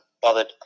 bothered